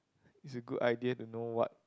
it's a good idea to know what